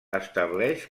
estableix